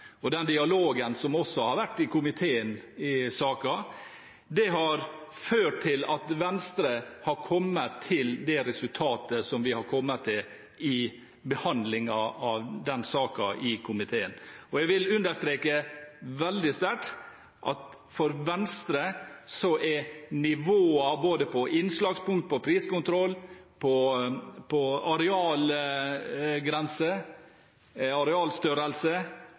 og den dialogen som også har vært i komiteen om saken, har ført til at Venstre har kommet til det resultatet som vi har kommet til i behandlingen av den saken i komiteen. Jeg vil understreke veldig sterkt at nivået både på innslagspunkt, på priskontroll, på arealgrense, arealstørrelse, og forholdet mellom skog og jord er